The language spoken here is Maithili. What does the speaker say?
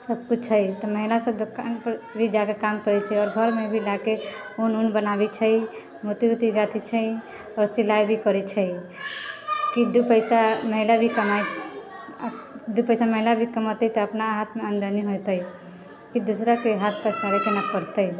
सब किछु छै तऽ महिला सब दुकान पर भी जाके काम करैत छै आओर घरमे भी लाके ऊन उन बनाबैत छै मोती उती गाँथैत छै आओर सिलाइ भी करैत छै कि दू पैसा महिला भी कमाइ दू पैसा महिला भी कमतै तऽ अपना हाथमे आमदनी होतै कि दूसराके हाथ पसारेके नहि पड़तै